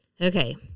Okay